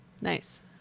Nice